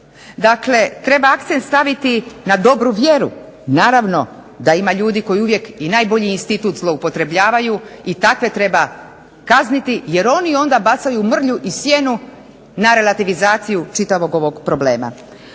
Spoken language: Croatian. Dakle treba akcent staviti na dobru vjeru, naravno da ima ljudi koji uvijek i najbolji institut zloupotrebljavaju i takve treba kazniti, jer oni onda bacaju mrlju i sjenu na relativizaciju čitavog ovog problema.